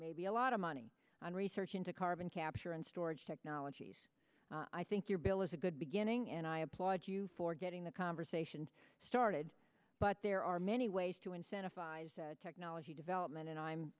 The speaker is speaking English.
maybe a lot of money on research into carbon capture and storage technologies i think your bill is a good beginning and i applaud you for getting the conversation started but there are many ways to incentivize technology development and i'm